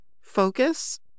focus